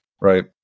right